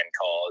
calls